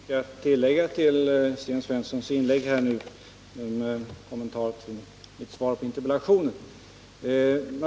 Herr talman! Jag har inte mycket att tillägga till Sten Svenssons inlägg här med kommentarer till mitt svar på interpellationen.